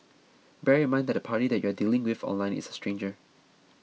bear in mind that the party that you are dealing with online is a stranger